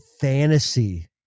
fantasy